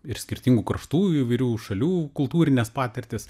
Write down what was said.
ir skirtingų kraštų įvairių šalių kultūrinės patirtys